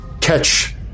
catch